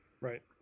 Right